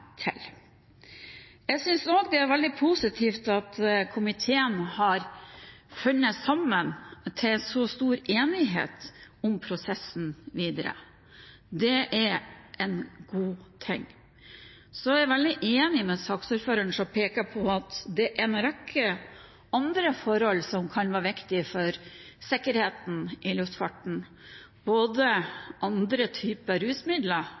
Jeg synes det er veldig positivt at komiteen har funnet sammen i en stor enighet om prosessen videre. Det er en god ting. Så er jeg veldig enig med saksordføreren, som peker på at det er en rekke andre forhold som kan være viktige for sikkerheten i luftfarten, både andre typer rusmidler